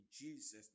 Jesus